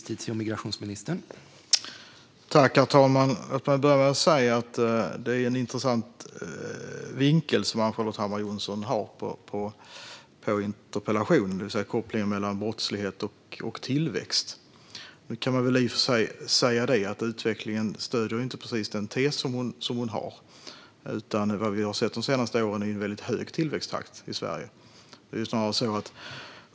Herr talman! Låt mig börja med att säga att det är en intressant vinkel som Ann-Charlotte Hammar Johnsson har i interpellationen, det vill säga kopplingen mellan brottslighet och tillväxt. Nu kan man i och för sig säga att utvecklingen inte precis stöder den tes som hon har. Det vi har sett de senaste åren är en hög tillväxttakt i Sverige.